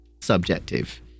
subjective